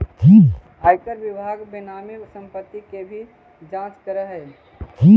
आयकर विभाग बेनामी संपत्ति के भी जांच करऽ हई